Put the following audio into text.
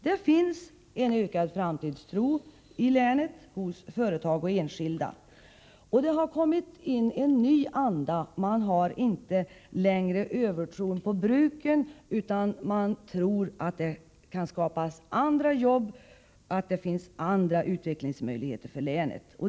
Det finns en ökad framtidstro hos företag och enskilda i länet. Det har kommit in en ny anda. Man har inte längre övertro på bruken, utan man tror att det kan skapas andra jobb, att det finns andra utvecklingsmöjligheter.